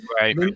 Right